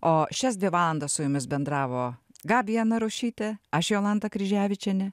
o šias dvi valandas su jumis bendravo gabija narušytė aš jolanta kryževičienė